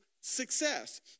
success